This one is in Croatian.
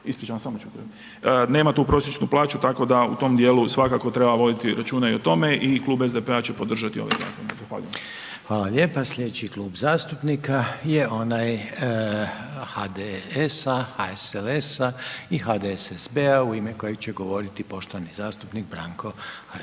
prosječnu plaću, nema tu prosječnu plaću, tako da u tom dijelu svakako treba voditi računa i o tome i Klub SDP-a će podržati ovaj zakon. Hvala. **Reiner, Željko (HDZ)** Hvala lijepo. Sljedeći Klub zastupnika je onaj HDSS-a, HSLS-a i HDSSB-a u ime kojeg će govoriti poštovani zastupnik Branko Hrg.